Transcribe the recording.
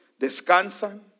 descansan